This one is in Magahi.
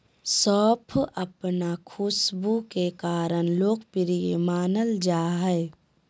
सौंफ अपन खुशबू के कारण लोकप्रिय मानल जा हइ